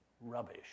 rubbish